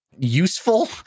useful